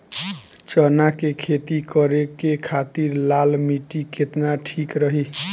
चना के खेती करे के खातिर लाल मिट्टी केतना ठीक रही?